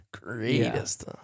greatest